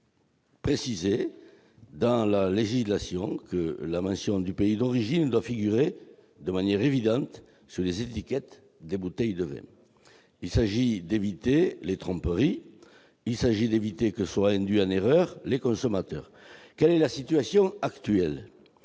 clairement préciser dans la législation que la mention du pays d'origine doit figurer de manière évidente sur les étiquettes des bouteilles de vin. Il s'agit d'éviter les tromperies, d'éviter que ne soient induits en erreur les consommateurs. Quelle est la situation actuelle ?